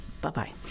Bye-bye